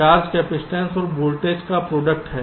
charge capacitance और voltage का product है